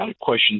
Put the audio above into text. question